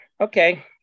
Okay